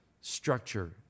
structure